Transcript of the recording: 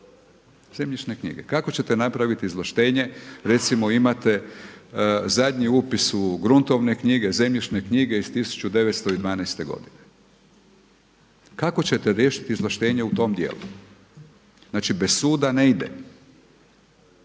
zemljišne knjige. Kako ćete napraviti izvlaštenje, recimo imate zadnji upis u gruntovne knjige, zemljišne knjige iz 1912. godine, kako ćete riješiti izvlaštenje u tom dijelu? Znači bez suda ne ide.